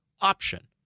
option